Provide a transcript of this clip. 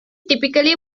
typically